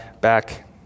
back